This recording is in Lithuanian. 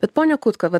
bet pone kutka vat